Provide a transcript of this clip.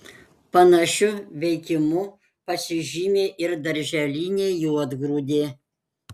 panašiu veikimu pasižymi ir darželinė juodgrūdė